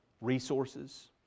resources